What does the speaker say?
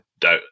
doubt